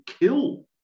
kill